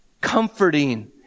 comforting